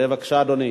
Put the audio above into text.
אדוני,